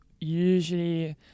usually